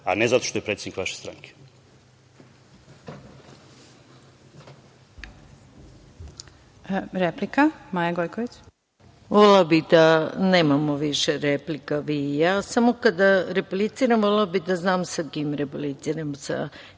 a ne zato što je predsednik vaše stranke.